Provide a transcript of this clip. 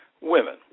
women